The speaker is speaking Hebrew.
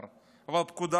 אבל הפקודה קיימת,